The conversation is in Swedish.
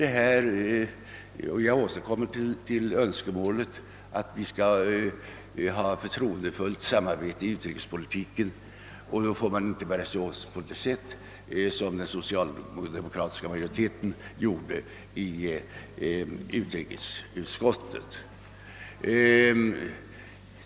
Det är givetvis ett önskemål att vi har ett förtroendefullt samarbete i utrikespolitiken, men då får man inte bära sig åt så som den socialdemokratiska majoriteten gjorde i utrikesutskottet.